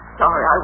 sorry